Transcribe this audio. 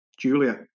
Julia